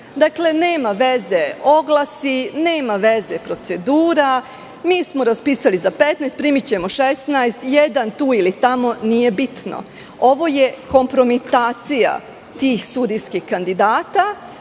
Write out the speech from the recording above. Dakle, nema veza oglasi, nema veze procedura, mi smo raspisali za 15, primićemo 16, jedan tu ili tamo, nije bitno. Ovo je kompromitacija tih sudijskih kandidata,